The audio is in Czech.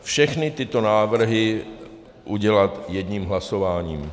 Všechny tyto návrhy udělat jedním hlasováním.